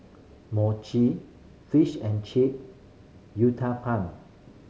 Mochi Fish and Chip Uthapam